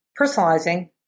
personalizing